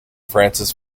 francis